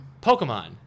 Pokemon